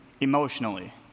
emotionally